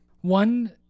one